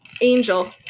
Angel